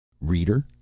Reader